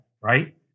right